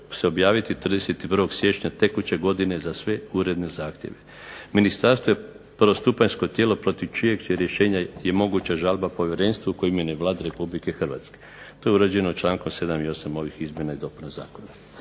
se objaviti 31. siječnja tekuće godine za sve uredne zahtjeve. Ministarstvo je prvostupanjsko tijelo protiv čijeg će rješenja je moguća žalba povjerenstvu koje imenuje Vlada Republike Hrvatske. To je uređeno člankom 7. i 8. ovih izmjena i dopuna zakona.